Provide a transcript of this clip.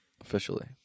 Officially